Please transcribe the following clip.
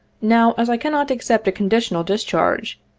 now, as i cannot accept a conditional discharge,